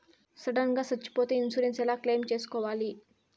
Sudden గా సచ్చిపోతే insurance ఎలా క్లెయిమ్ సేసుకోవాలి?